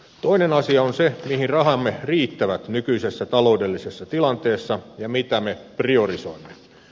toinen asia on se mihin rahamme riittävät nykyisessä taloudellisessa tilanteessa ja mitä me priorisoimme